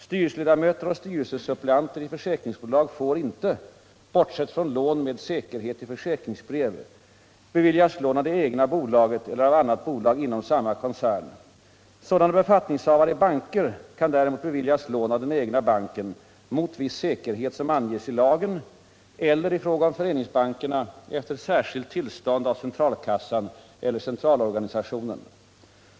Styrelseledamöter och styrelsesuppleanter i försäkringsbolag får inte — bortsett från lån med säkerhet i försäkringsbrev — beviljas lån av det egna bolaget eller av annat bolag inom samma koncern. Sådana befattningshavare i banker kan däremot beviljas lån av den egna banken mot viss säkerhet som anges i lagen eller, i fråga om föreningsbankerna, efter särskilt tillstånd av centralkassan eller centralorganisationen.